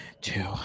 two